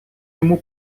йому